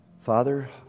Father